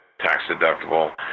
tax-deductible